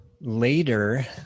Later